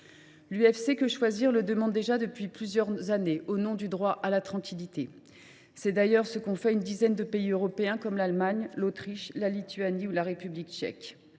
L’UFC Que Choisir le demande déjà depuis plusieurs années, au nom du droit à la tranquillité. C’est d’ailleurs ce qu’ont fait une dizaine de pays européens comme l’Allemagne, l’Autriche, la Lituanie ou la République tchèque.